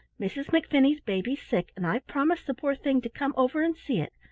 mrs. mcfinney's baby's sick, and i've promised the poor thing to come over and see it.